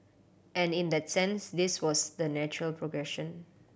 and in that sense this was the natural progression